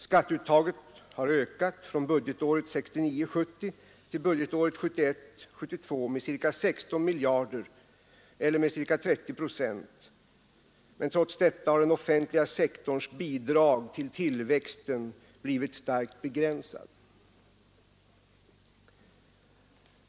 Skatteuttaget har ökat från budgetåret 1969 72 med ca 16 miljarder, eller med ca 30 procent, och den offentliga sektorns bidrag till tillväxten har blivit starkt begränsat.